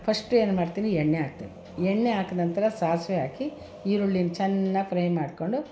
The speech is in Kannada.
ಫಸ್ಟು ಏನ್ಮಾಡ್ತೀನಿ ಎಣ್ಣೆ ಹಾಕ್ತೀನಿ ಎಣ್ಣೆ ಹಾಕಿ ನಂತರ ಸಾಸಿವೆ ಹಾಕಿ ಈರುಳ್ಳಿನ ಚೆನ್ನಾಗಿ ಫ್ರೈ ಮಾಡಿಕೊಂಡು